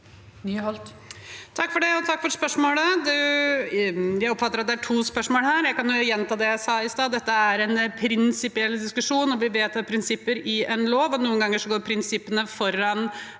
(R) Takk for spørsmål. Jeg oppfatter at det er to spørsmål her. Jeg kan gjenta det jeg sa i stad. Dette er en prinsipiell diskusjon, og vi vedtar prinsipper i en lov, og noen ganger går prinsippene foran